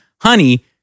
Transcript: honey